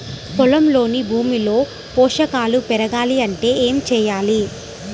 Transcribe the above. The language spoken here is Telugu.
పొలంలోని భూమిలో పోషకాలు పెరగాలి అంటే ఏం చేయాలి?